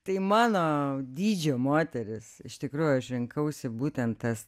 tai mano dydžio moteris iš tikrųjų aš rinkausi būtent tas